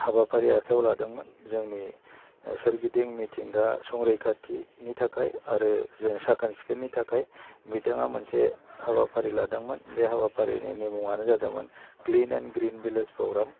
हाबाफारि आखाइआव लादोंमोन जोंनि सोरगिदिं मिथिंगा संरैखाथिनि थाखाय आरो जों साखोन सिखोननि थाखाय बिथाङा मोनसे हाबाफारि लादोंमोन बे हाबाफारिनि मुङानो जादोंमोन clean and green village programme